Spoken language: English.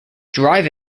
drive